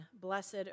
Blessed